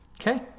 Okay